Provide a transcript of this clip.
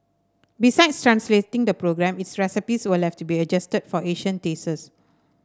besides translating the program its recipes will have to be adjusted for Asian tastes